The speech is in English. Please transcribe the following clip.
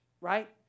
right